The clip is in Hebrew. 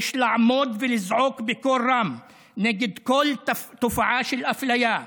יש לעמוד ולזעוק בקול רם נגד כל תופעה של אפליה,